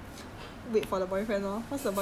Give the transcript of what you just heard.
some people can uh